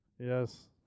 yes